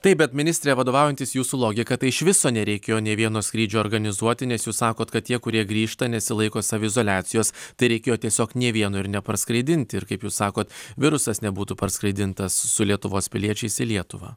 taip bet ministre vadovaujantis jūsų logika tai iš viso nereikėjo nei vieno skrydžio organizuoti nes jūs sakot kad tie kurie grįžta nesilaiko saviizoliacijos tai reikėjo tiesiog nė vieno ir ne parskraidinti ir kaip jūs sakot virusas nebūtų parskraidintas su lietuvos piliečiais į lietuvą